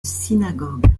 synagogues